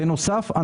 בנוסף,